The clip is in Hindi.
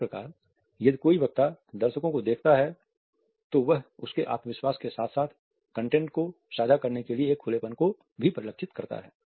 इसी प्रकार यदि कोई वक्ता दर्शकों को देखता है तो वह उसके आत्मविश्वास के साथ साथ कंटेंट को साझा करने के लिए एक खुलेपन को भी परिलक्षित करता है